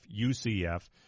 UCF